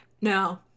no